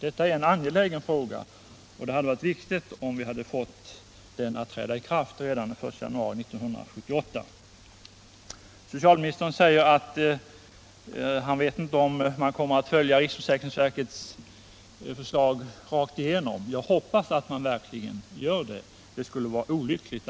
Detta är en angelägen fråga, och det hade varit viktigt att reformen trätt i kraft redan den 1 januari 1978. Socialministern säger att han inte vet om man kommer att följa riksförsäkringsverkets förslag på alla punkter. Jag hoppas verkligen att han gör det — något annat skulle vara olyckligt!